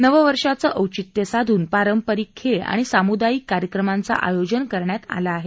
नववर्षांचं औचित्य साधून पारंपरिक खेळ आणि सामुदायिक कार्यक्रमांचं आयोजन करण्यात आलं आहे